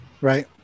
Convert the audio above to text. Right